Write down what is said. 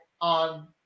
on